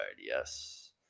yes